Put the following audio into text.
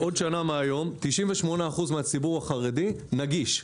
עוד שנה מהיום, 98 אחוזים מהציבור החרדי נגיש.